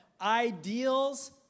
ideals